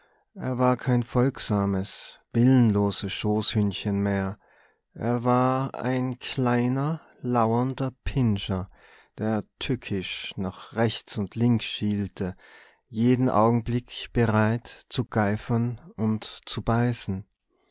er war kein folgsames willenloses schoßhündchen mehr er war ein kleiner lauernder pinscher der tückisch nach rechts und links schielte jeden augenblick bereit zu geifern und zu beißen